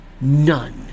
none